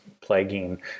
plaguing